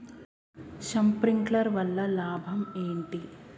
Sprinkler వల్ల లాభం ఏంటి?